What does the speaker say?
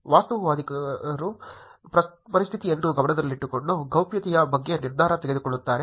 ವಾಸ್ತವಿಕವಾದಿಗಳು ಪರಿಸ್ಥಿತಿಯನ್ನು ಗಮನದಲ್ಲಿಟ್ಟುಕೊಂಡು ಗೌಪ್ಯತೆಯ ಬಗ್ಗೆ ನಿರ್ಧಾರ ತೆಗೆದುಕೊಳ್ಳುತ್ತಾರೆ